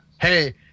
hey